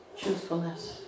truthfulness